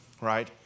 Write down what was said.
right